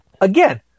again